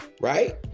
right